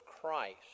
Christ